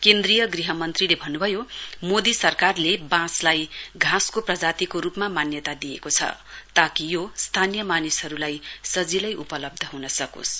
केन्द्रीय ग्रह मन्त्रीले भन्नभयो मोदी सरकारले बाँसलाई घाँसको प्रजातिको रुपमा मान्यता दिएको छ ताकि यो स्थानीय मानिसहरुलाई सजिलै उपलब्ध हुन सकोस्